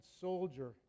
soldier